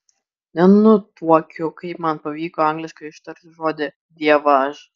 nenutuokiu kaip man pavyko angliškai ištarti žodį dievaž